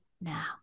now